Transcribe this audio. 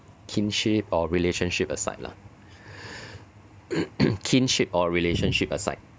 kinship or relationship aside lah kinship or relationship aside